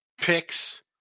picks